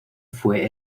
fue